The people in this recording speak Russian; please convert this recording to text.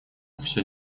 все